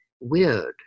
Weird